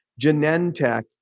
Genentech